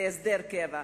להסדר קבע,